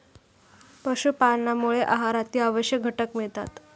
पशुपालनामुळे आहारातील आवश्यक घटक मिळतात